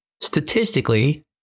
statistically